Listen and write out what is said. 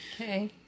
Okay